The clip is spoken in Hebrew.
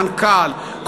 מנכ"ל,